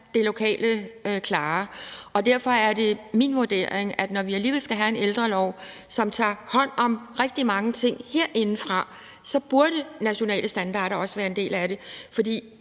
det lokale klare? Og derfor er det min vurdering, at når vi alligevel skal have en ældrelov, som tager hånd om rigtig mange ting herindefra, så burde nationale standarder også være en del af det. For